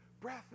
breath